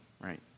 right